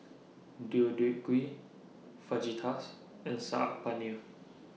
Deodeok Gui Fajitas and Saag Paneer